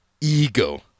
ego